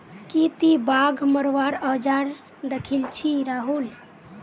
की ती बाघ मरवार औजार दखिल छि राहुल